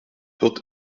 wird